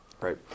Right